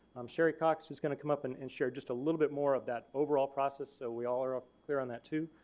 um sherry cox is going to come up and and share just a little bit more of that overall process so we all are ah clear on that too.